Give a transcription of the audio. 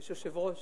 יש יושב-ראש.